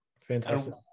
Fantastic